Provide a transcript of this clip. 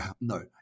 no